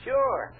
Sure